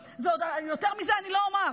יותר מזה אני לא אומר.